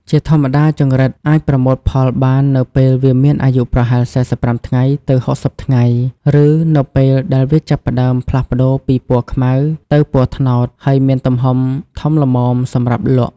ជាធម្មតា ចង្រិតអាចប្រមូលផលបាននៅពេលវាមានអាយុប្រហែល ៤៥ ថ្ងៃ ទៅ ៦០ ថ្ងៃ ឬនៅពេលដែលវាចាប់ផ្ដើមផ្លាស់ប្ដូរពណ៌ពីពណ៌ខ្មៅទៅពណ៌ត្នោត ហើយមានទំហំធំល្មមសម្រាប់លក់។